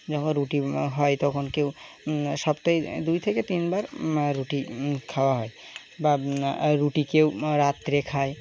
যখন রুটি হয় তখন কেউ সপ্তাহে দুই থেকে তিনবার রুটি খাওয়া হয় বা রুটি কেউ রাত্রে খায়